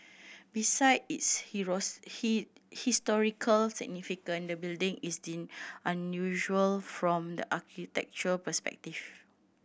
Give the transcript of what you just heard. beside its he historical significance the building is deemed unusual from the architectural perspective